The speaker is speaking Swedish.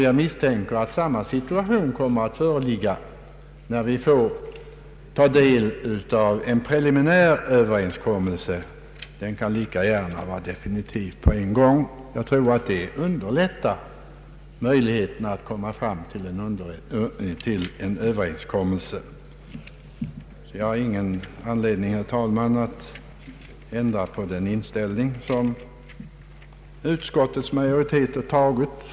Jag misstänker att samma situation kommer att föreligga när vi får ta del av en preliminär överenskommelse — den kan lika gärna göras definitiv på en gång. Det skulle underlätta möjligheterna att få fram ett avgörande. Jag har, herr talman, ingen anledning att frångå den uppfattning som utskottsmajoriteten har i denna fråga.